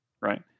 right